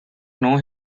know